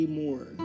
more